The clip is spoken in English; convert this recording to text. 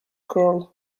girl